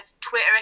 Twitter